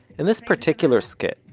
in this particular skit,